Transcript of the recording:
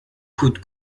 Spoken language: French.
coûte